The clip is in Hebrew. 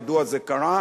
מדוע זה קרה,